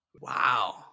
Wow